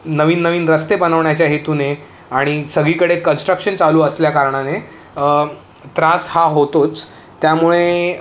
नवीन नवीन रस्ते बनवण्याच्या हेतूने आणि सगळीकडे कन्स्ट्रक्शन चालू असल्या कारणाने त्रास हा होतोच त्यामुळे